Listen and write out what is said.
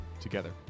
together